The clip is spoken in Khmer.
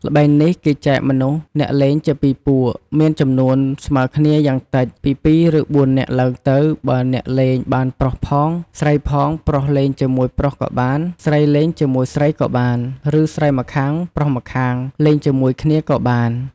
ល្បែងនេះ គេចែកមនុស្សអ្នកលេងជា ២ ពួក មានចំនួនស្មើគ្នាយ៉ាងតិចពី ២ ឬ៤ នាក់ឡើងទៅ បើអ្នកលេងបានប្រុសផង ស្រីផង ប្រុសលេងជាមួយប្រុសក៏បាន ស្រីលេងជាមួយស្រីក៏បាន ឬស្រីម្ខាង ប្រុសម្នាងលេងជាមួយគ្នាក៏បាន ។